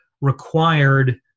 required